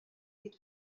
dit